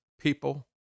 people